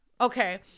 Okay